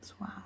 Wow